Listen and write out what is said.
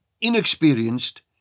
inexperienced